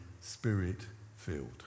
spirit-filled